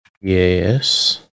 yes